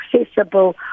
accessible